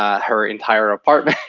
ah her entire apartment and